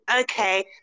Okay